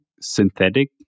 synthetic